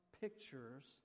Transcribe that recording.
pictures